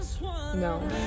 No